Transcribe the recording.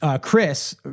Chris